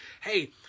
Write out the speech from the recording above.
hey